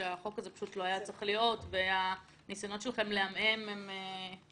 שהחוק הזה פשוט לא היה צריך להיות והניסיונות שלכם לעמעם לא מספיקים.